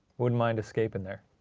wouldn't mind escaping there.